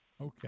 Okay